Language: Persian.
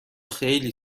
خیلی